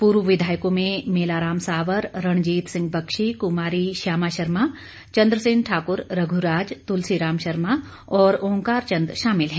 पूर्व विधायकों में मेलाराम सावर रणजीत सिंह बख्शी कुमारी श्यामा शर्मा चंद्रसेन ठाकुर रघुराज तुलसी राम शर्मा और ओंकार चंद शामिल हैं